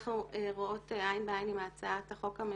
אנחנו רואות עין בעין עם הצעת החוק הממשלתית.